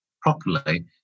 properly